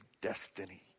destiny